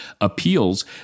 appeals